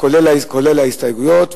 כולל ההסתייגויות,